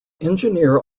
engineer